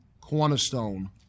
cornerstone